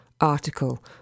article